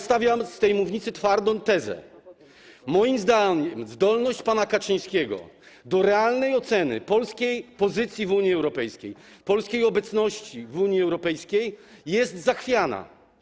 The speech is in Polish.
Stawiam z tej mównicy twardą tezę: moim zdaniem zdolność pana Kaczyńskiego do realnej oceny polskiej pozycji w Unii Europejskiej, polskiej obecności w Unii Europejskiej jest zachwiana.